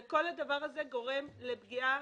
כל הדבר הזה גורם לפגיעה